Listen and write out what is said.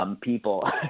people